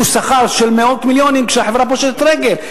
שכר של מאות מיליונים כשהחברה פושטת רגל,